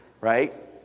right